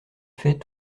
fait